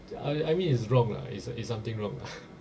I I mean it's wrong lah is is something wrong lah